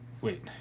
Wait